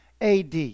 AD